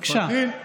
בוודאי,